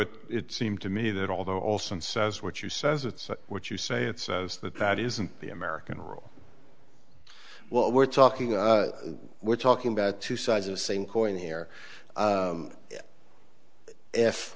it seemed to me that although olson says what you says it's what you say it says that that isn't the american role well we're talking we're talking about two sides of same going here